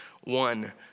One